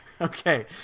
Okay